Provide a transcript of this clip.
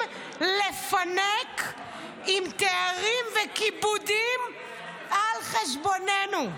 לפנק עם תארים וכיבודים על חשבוננו".